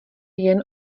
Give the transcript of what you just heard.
jen